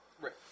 Right